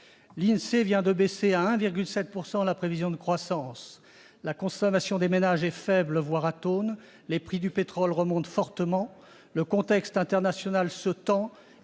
L'INSEE vient de baisser à 1,7 % la prévision de croissance. La consommation des ménages est faible, voire atone, le prix du pétrole remonte fortement, le contexte international se tend